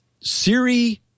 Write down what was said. Siri